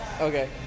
Okay